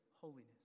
holiness